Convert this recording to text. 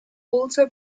also